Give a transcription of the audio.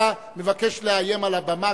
חשכו עיניו,